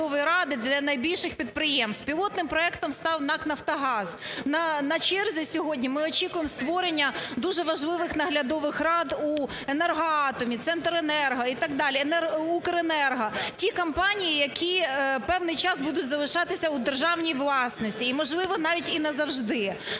наглядові ради для найбільших підприємств. Пілотним проектом став НАК "Нафтогаз". На черзі сьогодні ми очікуємо створення дуже важливих наглядових рад у "Енергоатомі", "Центренерго" і так далі, "Укренерго". Ті компанії. Які певний час будуть залишатись у державній власності і можливо, навіть і назавжди.